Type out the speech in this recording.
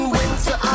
winter